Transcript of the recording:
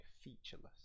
featureless